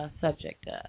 subject